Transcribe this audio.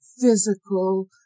physical